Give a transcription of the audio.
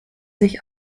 sich